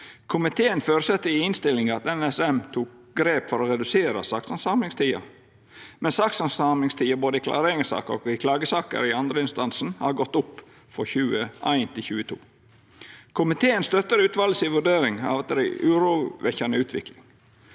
Komiteen føresette i innstillinga at NSM tok grep for å redusera sakshandsamingstida, men sakshandsamingstida i både klareringssaker og klagesaker i andreinstansen har gått opp frå 2021 til 2022. Komiteen støttar utvalet si vurdering av at det er ei urovekkjande utvikling.